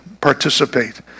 participate